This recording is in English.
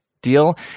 deal